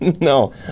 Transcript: No